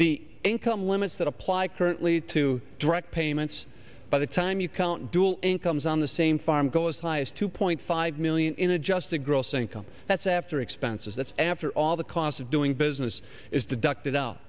the income limits that apply currently to direct payments by the time you count dual incomes on the same farm go as high as two point five million in adjusted gross income that's after expenses that's after all the cost of doing business is deducted out